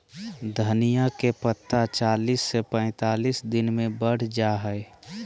धनिया के पत्ता चालीस से पैंतालीस दिन मे बढ़ जा हय